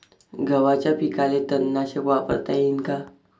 गव्हाच्या पिकाले तननाशक वापरता येईन का?